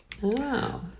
Wow